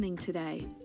today